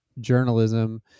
journalism